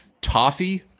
toffee